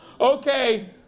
Okay